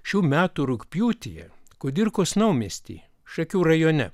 šių metų rugpjūtyje kudirkos naumiesty šakių rajone